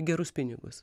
gerus pinigus